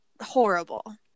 horrible